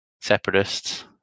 separatists